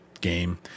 game